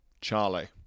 Charlie